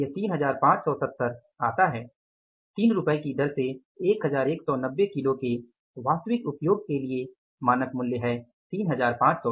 यह 3570 आता है 3 रुपये की दर से 1190 किलो के वास्तविक उपयोग के लिए मानक मूल्य 3570 है